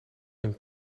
een